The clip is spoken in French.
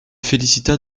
félicita